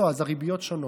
לא, אז הריביות שונות.